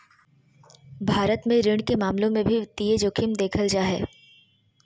भारत मे ऋण के मामलों मे भी वित्तीय जोखिम देखल जा हय